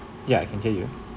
ya I can hear you